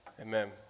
Amen